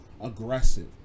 aggressive